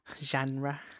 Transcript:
Genre